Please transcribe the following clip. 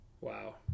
Wow